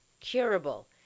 curable